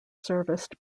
serviced